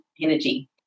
energy